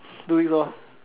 two weeks lor